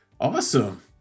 Awesome